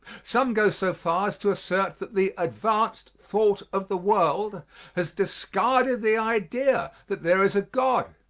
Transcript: some go so far as to assert that the advanced thought of the world has discarded the idea that there is a god.